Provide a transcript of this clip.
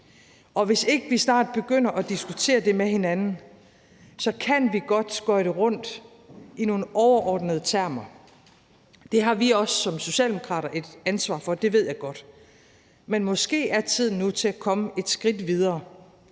Hvis ikke vi snart begynder at diskutere det med hinanden, kommer vi til at skøjte rundt i nogle overordnede termer. Det har vi også som socialdemokrater et ansvar for; det ved jeg godt. Og det kan vi godt, men måske er tiden nu til at komme et skridt videre